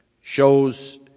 shows